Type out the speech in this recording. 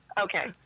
okay